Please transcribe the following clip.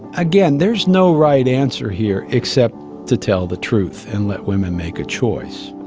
again, there is no right answer here except to tell the truth and let women make a choice.